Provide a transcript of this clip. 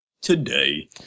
Today